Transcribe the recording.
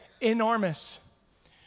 enormous